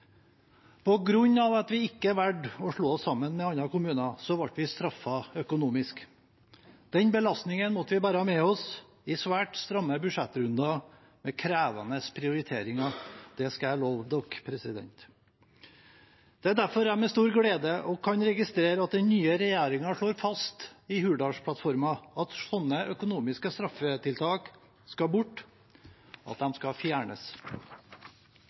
at vi valgte å ikke slå oss sammen med andre kommuner, ble vi straffet økonomisk. Den belastningen måtte vi bære med oss i svært stramme budsjettrunder med krevende prioriteringer – det kan jeg love dere. Det er derfor jeg med stor glede kan registrere at den nye regjeringen slår fast i Hurdalsplattformen at slike økonomiske straffetiltak skal bort, at de skal fjernes.